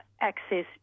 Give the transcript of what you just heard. access